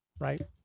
right